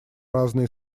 разные